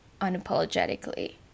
Unapologetically